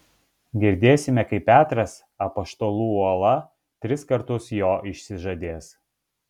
girdėsime kaip petras apaštalų uola tris kartus jo išsižadės